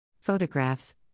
Photographs